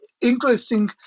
interesting